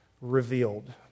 revealed